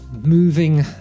moving